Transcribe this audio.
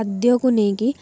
ଖାଦ୍ୟକୁ ନେଇକି